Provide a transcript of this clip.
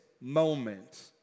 moment